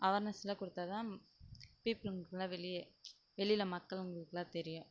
அவார்னஸ்லாம் கொடுத்தா தான் பீப்பிளுங்க்குலாம் வெளியே வெளியில் மக்கள் அவுங்களுக்கெல்லாம் தெரியும்